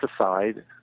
aside